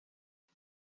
jag